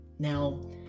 Now